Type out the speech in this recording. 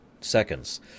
seconds